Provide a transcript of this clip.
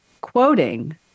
quoting